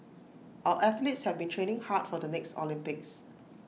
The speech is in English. our athletes have been training hard for the next Olympics